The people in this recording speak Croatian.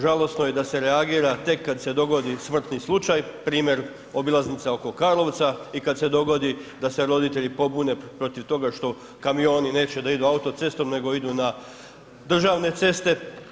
Žalosno je da se reagira tek kad se dogodi smrtni slučaj, primjer obilaznica oko Karlovca i kad se dogodi da se roditelji pobune protiv toga što kamioni neće da idu auto cestom, nego idu na državne ceste.